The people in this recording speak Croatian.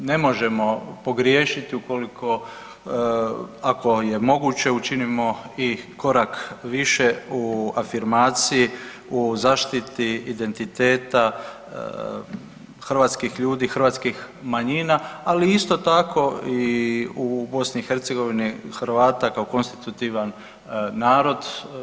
Ne možemo pogriješiti ukoliko, ako je moguće učinimo i korak više u afirmaciji, u zaštiti identiteta hrvatskih ljudi, hrvatskih manjina, ali isto tako i u BiH Hrvata kao konstitutivan narod.